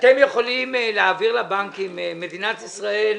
אתם יכולים להעביר לבנקים, מדינת ישראל,